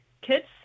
kids